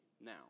now